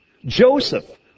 Joseph